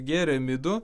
gėrė midų